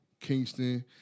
Kingston